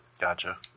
Gotcha